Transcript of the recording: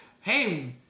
Hey